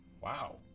Wow